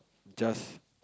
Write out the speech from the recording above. just